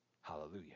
Hallelujah